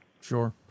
Sure